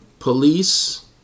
Police